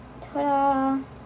ta-da